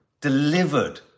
delivered